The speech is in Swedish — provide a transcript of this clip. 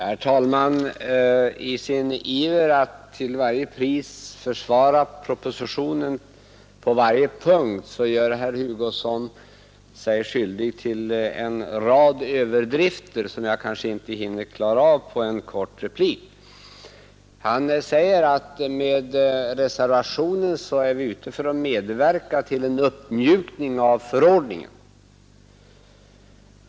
Herr talman! I sin iver att till varje pris försvara propositionen på alla punkter gör herr Hugosson sig skyldig till en rad överdrifter, som jag kanske inte hinner bemöta fullständigt i en kort replik. Han säger att vi med reservationen är ute för att medverka till en uppmjukning 'av förordningen.